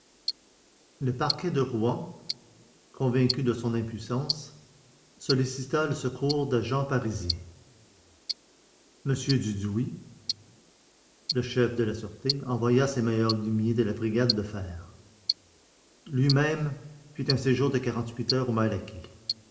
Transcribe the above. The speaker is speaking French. le parquet de rouen convaincu de son impuissance sollicita le secours d'agents parisiens m dudouis le chef de la sûreté envoya ses meilleurs limiers de la brigade de fer lui-même fit un séjour de quarante-huit heures au